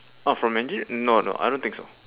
oh from engine no no I don't think so